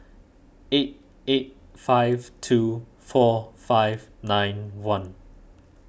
eight eight five two four five nine one